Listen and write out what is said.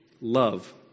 love